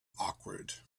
awkward